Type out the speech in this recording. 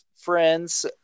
friends